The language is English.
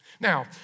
Now